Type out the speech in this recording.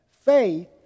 faith